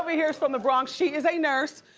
over here is from the bronx. she is a nurse,